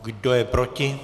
Kdo je proti?